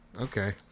Okay